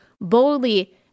boldly